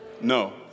no